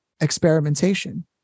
experimentation